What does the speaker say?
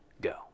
go